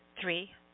Three